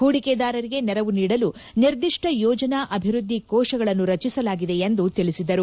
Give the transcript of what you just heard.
ಹೂಡಿಕೆದಾರರಿಗೆ ನೆರವು ನೀಡಲು ನಿರ್ದಿಷ್ವ ಯೋಜನಾ ಅಭಿವೃದ್ದಿ ಕೋಶಗಳನ್ನು ರಚಿಸಲಾಗಿದೆ ಎಂದು ತಿಳಿಸಿದರು